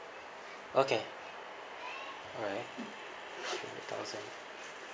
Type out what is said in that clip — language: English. okay alright thousand